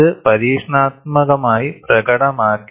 ഇത് പരീക്ഷണാത്മകമായി പ്രകടമാക്കി